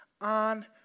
on